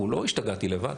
לא השתגעתי לבד,